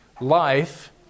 Life